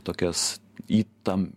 tokias į tam